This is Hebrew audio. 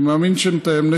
אני מאמין שנתאם.